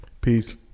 Peace